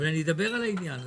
אבל אני אדבר על העניין הזה.